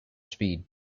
speed